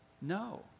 No